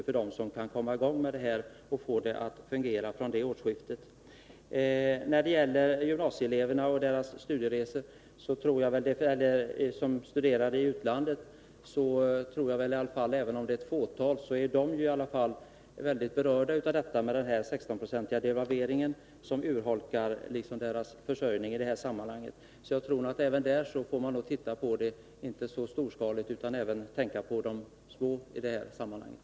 För dem som kan komma i gång med det här och kan få det att fungera från det årsskiftet betyder det väldigt mycket. När det gäller gymnasieeleverna i utlandet och deras studieresor tror jag att, även om det bara är ett fåtal som är berörda av detta, devalveringens effekter är sådana att vi inte får se problemet storskaligt, utan tänka på de små i sammanhanget.